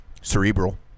Cerebral